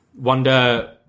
wonder